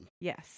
Yes